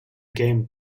game